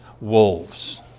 wolves